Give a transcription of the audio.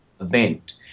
event